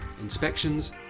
inspections